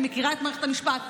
אני מכירה את מערכת המשפט,